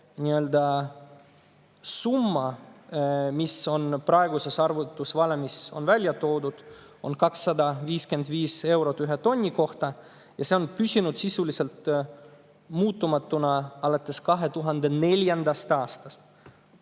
summa, mis on praeguses arvutusvalemis välja toodud, on 255 eurot ühe tonni kohta. See on püsinud sisuliselt muutumatuna alates 2004. aastast